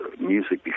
music